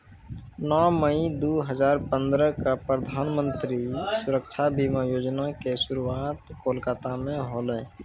नौ मई दू हजार पंद्रह क प्रधानमन्त्री सुरक्षा बीमा योजना के शुरुआत कोलकाता मे होलै